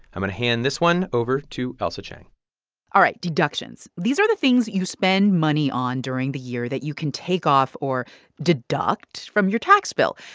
ah hand this one over to ailsa chang all right deductions. these are the things you spend money on during the year that you can take off or deduct from your tax bill.